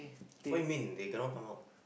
what you mean they cannot come out